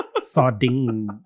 sardine